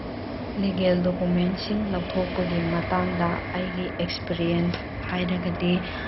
legal ꯗꯣꯀꯨꯃꯦꯟꯁꯤꯡ ꯂꯧꯊꯣꯛꯄꯒꯤ ꯃꯇꯥꯡꯗ ꯑꯩꯒꯤ ꯑꯦꯛꯁꯄꯤꯔꯤꯌꯦꯟꯁ ꯍꯥꯏꯔꯒꯗꯤ